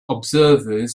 observers